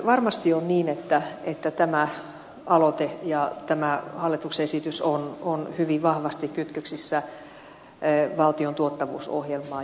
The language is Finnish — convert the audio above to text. varmasti on niin että tämä aloite ja tämä hallituksen esitys on hyvin vahvasti kytköksissä valtion tuottavuusohjelmaan